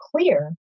clear